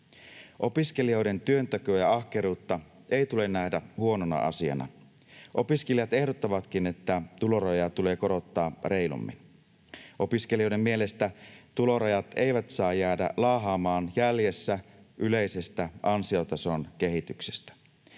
Opiskelijoiden työntekoa ja ahkeruutta ei tule nähdä huonona asiana. Opiskelijat ehdottavatkin, että tulorajoja tulee korottaa reilummin. Opiskelijoiden mielestä tulorajat eivät saa jäädä laahaamaan jäljessä yleisestä ansiotason kehityksestä.